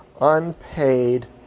unpaid